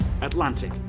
Atlantic